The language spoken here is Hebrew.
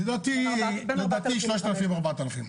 לדעתי 3,000-4,000.